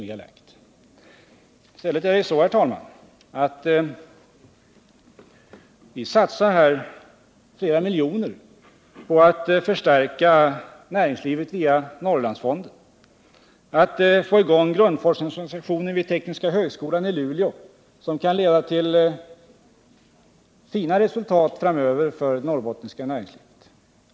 I stället är det så, herr talman, att vi satsar flera miljoner på att förstärka näringslivet via Norrlandsfonden och på att få i gång grundforskningsorganisationen vid tekniska högskolan i Luleå, något som kan leda till fina resultat framöver för det norrbottniska näringslivet.